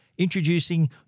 Introducing